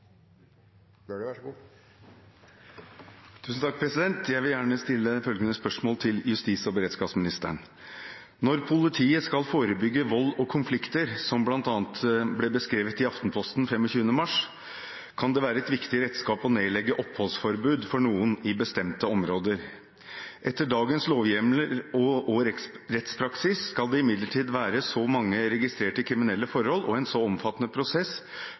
punktbevæpning. Så skal vi selvfølgelig også avstemme at praksis i dag er innenfor rammene av det regelverket som skal legges til grunn. Jeg vil gjerne stille følgende spørsmål til justis- og beredskapsministeren: «Når politiet skal forebygge vold og konflikter som blant annet ble beskrevet i Aftenposten 25. mars, kan det være et viktig redskap å nedlegge oppholdsforbud for noen i bestemte områder. Etter dagens lovhjemler og rettspraksis skal det imidlertid være så mange registrerte kriminelle